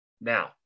Now